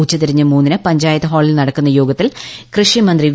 ഉച്ചതിരിഞ്ഞു മൂന്നിന് പഞ്ചായത്തു ഹാളിൽ നടക്കുന്ന യോഗത്തിൽ കൃഷി മന്ത്രി വി